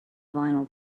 vinyl